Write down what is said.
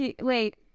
wait